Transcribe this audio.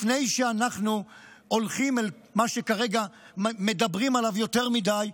לפני שאנחנו הולכים אל מה שכרגע מדברים עליו יותר מדי,